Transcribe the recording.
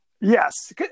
Yes